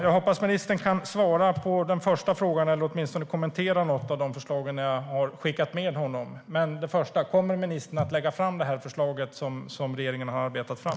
Jag hoppas att ministern kan svara på den första frågan eller åtminstone kommentera något av de förslag som jag har skickat med. Kommer ministern att lägga fram det förslag som regeringen har arbetat fram?